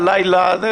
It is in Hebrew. היה לילה וכו',